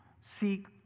seek